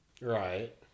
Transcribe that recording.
Right